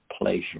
pleasure